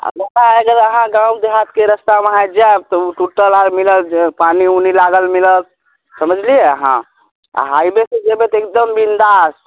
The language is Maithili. आ दोसरा ओहि जगह अहाँ गाँव देहातके रस्ता आबि जाएब तऽ ओ टूटल आर मिलत पानि उनी लागल मिलत समझलियै अहाँ आ हाइवे से जबै तऽ एकदम बिन्दास